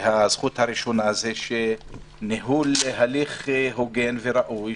והזכות הראשונה זה ניהול הליך הוגן וראוי,